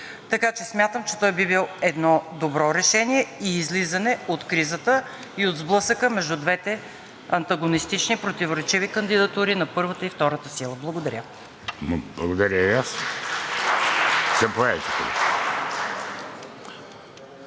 така че смятам, че той би бил едно добро решение и излизане от кризата и от сблъсъка между двете антагонистични, противоречиви кандидатури на първата и втората сила. Благодаря! (Ръкопляскания